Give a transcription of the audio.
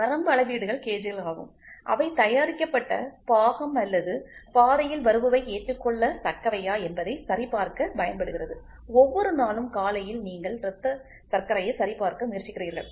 வரம்பு அளவீடுகள் கேஜ்கள் ஆகும் அவை தயாரிக்கப்பட்ட பாகம் அல்லது பாதையில் வருபவை ஏற்றுக்கொள்ள தக்கவையா என்பதை சரிபார்க்க பயன்படுகிறது ஒவ்வொரு நாளும் காலையில் நீங்கள் இரத்த சர்க்கரையை சரிபார்க்க முயற்சிக்கிறீர்கள்